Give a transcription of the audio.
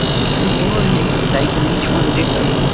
there was a law in each state, and each one differed.